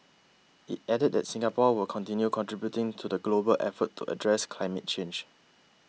it added that Singapore will continue contributing to the global effort to address climate change